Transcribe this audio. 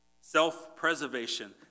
Self-preservation